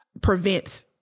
prevents